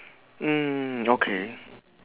mm okay